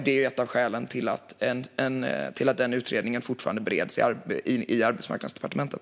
Det är ett av skälen till att den utredningen fortfarande bereds i Arbetsmarknadsdepartementet.